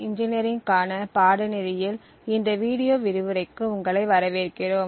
engineering கான பாடநெறியில் இந்த வீடியோ விரிவுரைக்கு உங்களை வரவேற்கிறோம்